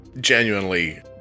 Genuinely